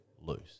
loose